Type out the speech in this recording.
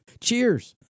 cheers